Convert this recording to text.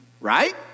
Right